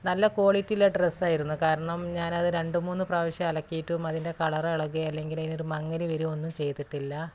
നല്ല ക്വാളിറ്റി ഉള്ള ഡ്രസ്സായിരുന്നു കാരണം ഞാൻ അതു രണ്ടുമൂന്ന് പ്രാവശ്യം അലക്കിയിട്ടും അതിൻ്റെ കളർ ഇളക്യേ അല്ലെങ്കിൽ അതിനൊരു മങ്ങൽ വര്യേ ഒന്നും ചെയ്തിട്ടില്ല